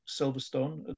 Silverstone